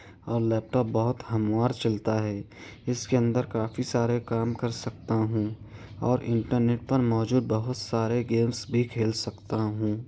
اور laptop بہت ہموار چلتا ہے اس کے اندر کافی سارے کام کر سکتا ہوں اور انٹرنیٹ پر موجود بہت سارے گیمس بھی کھیل سکتا ہوں